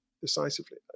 decisively